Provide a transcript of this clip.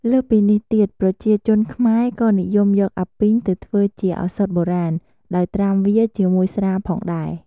លើសពីនេះទៀត ប្រជាជនខ្មែរក៏និយមយកអាពីងទៅធ្វើជាឧសថបុរាណ ដោយត្រាំវាជាមួយស្រាផងដែរ។